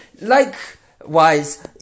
Likewise